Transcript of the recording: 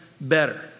better